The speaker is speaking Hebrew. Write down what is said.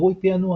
קרוי פענוח.